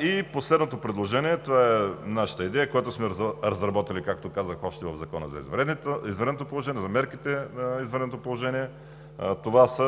И последното предложение – това е нашата идея, която сме разработили, както казах, още в Закона за извънредното положение и за мерките,